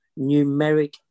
numeric